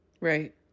right